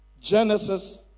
Genesis